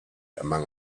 among